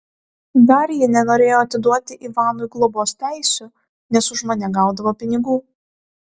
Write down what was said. dar ji nenorėjo atiduoti ivanui globos teisių nes už mane gaudavo pinigų